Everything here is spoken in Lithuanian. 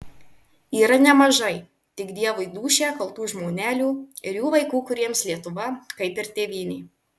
yra nemažai tik dievui dūšią kaltų žmonelių ir jų vaikų kuriems lietuva kaip ir tėvynė